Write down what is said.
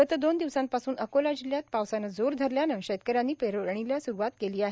गत दोन दिवसांपासून अकोला जिल्ह्यात पावसाने जोर धरल्याने शेतकऱ्यांनी पेरणीला सुरुवात केली आहे